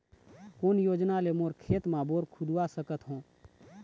कोन योजना ले मोर खेत मा बोर खुदवा सकथों?